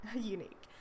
unique